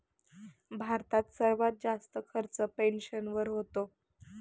भारतात सर्वात जास्त खर्च पेन्शनवर होतो